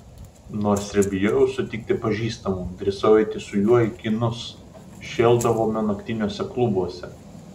nors ir bijojau sutikti pažįstamų drįsau eiti su juo į kinus šėldavome naktiniuose klubuose